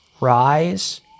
rise